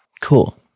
Cool